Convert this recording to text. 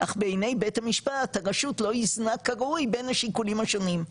אך בעיני בית המשפט הרשות לא איזנה כראוי בין השיקולים השונים,